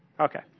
Okay